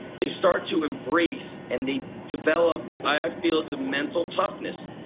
they start to embrace and they develop i ah feel it's a mental toughness.